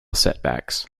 setbacks